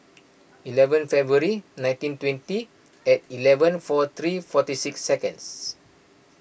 eleven February nineteen twenty at eleven four three forty six seconds